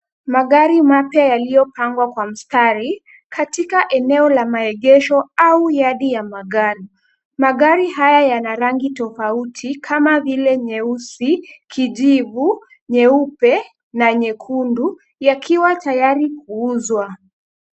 Magari mapya yaliyopangwa kwa mstari katika eneo la maegesho au yadi ya magari. Magari haya yana rangi tofauti, kama vile nyeusi, kijivu, nyeupe na nyekundu yakiwa tayari kuuzwa.